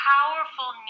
powerful